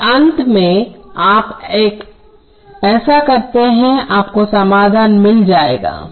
और अंत में आप ऐसा करते हैं आपको समाधान मिल जाएगा